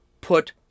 put